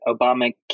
Obama